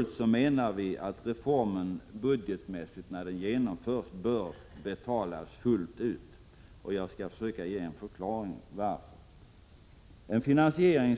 Likväl menar vi att reformen budgetmässigt bör betalas fullt ut när den genomförs. Jag skall försöka ge en förklaring till varför. En finansiering